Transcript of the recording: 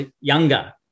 younger